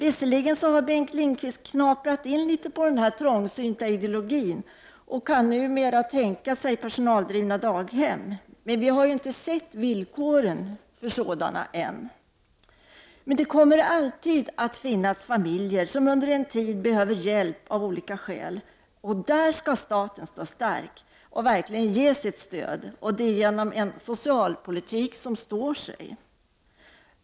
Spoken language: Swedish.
Visserligen har Bengt Lindqvist knaprat in litet på den här trångsynta ideologin och kan numera tänka sig personaldrivna daghem, men vi har ännu inte sett villkoren för sådana. Det kommer alltid att finnas familjer som under en tid behöver hjälp av olika skäl, och där skall staten stå stark och verkligen ge sitt stöd genom en socialpolitik som står sig.